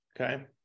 Okay